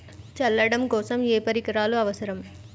చల్లడం కోసం ఏ పరికరాలు అవసరం?